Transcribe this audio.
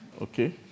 Okay